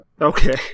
Okay